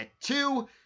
two